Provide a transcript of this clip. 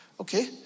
Okay